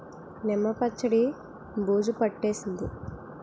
నిమ్మ పచ్చడి బూజు పట్టేసింది